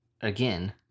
Again